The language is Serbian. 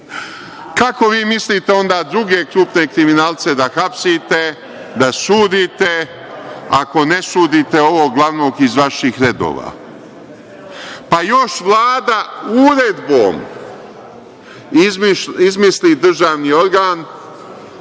malo. Kako vi mislite onda druge krupne kriminalce da hapsite, da sudite, ako ne sudite ovog glavnog iz vaših redova? Još Vlada uredbom izmisli državni organ